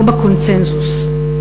לא בקונסנזוס.